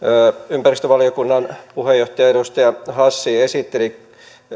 ympäristövaliokunnan puheenjohtaja edustaja hassi esitteli